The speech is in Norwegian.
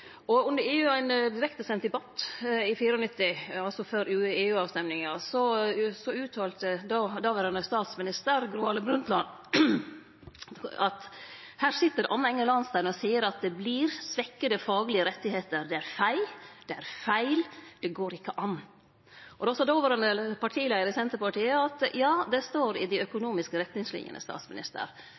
1994. Under ein direktesend debatt i 1994, altså før EU-avstemminga, uttalte dåverande statsminister Gro Harlem Brundtland: «Her sitter Anne Enger Lahnstein og sier at det blir svekkede faglige rettigheter. Det er feil. Det er feil. Det går ikke an.» Dåverande partileiar i Senterpartiet sa då: «Ja, det står i de økonomiske retningslinjene, statsminister.»